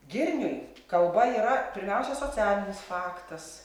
girniui kalba yra pirmiausia socialinis faktas